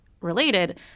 Related